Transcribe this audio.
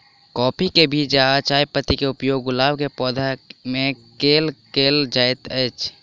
काफी केँ बीज आ चायपत्ती केँ उपयोग गुलाब केँ पौधा मे केल केल जाइत अछि?